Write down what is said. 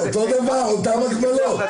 אותו דבר, אותן הגבלות.